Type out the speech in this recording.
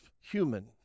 human